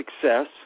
success